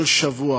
כל שבוע